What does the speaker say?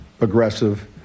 aggressive